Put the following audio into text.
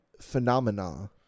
phenomena